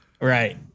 Right